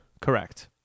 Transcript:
Correct